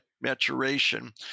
maturation